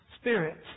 spirits